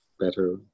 better